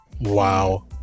Wow